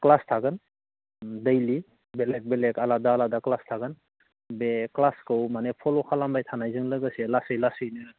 class थागोन ओम दैलिक बेलेक बेलेक आलादा आलादा क्लास थागोन बे क्लासखौ माने फल' खालामबाय थानायजों लोगोसे लासै लासैनो